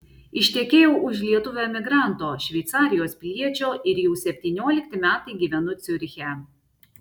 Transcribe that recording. ištekėjau už lietuvio emigranto šveicarijos piliečio ir jau septyniolikti metai gyvenu ciuriche